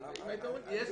אתה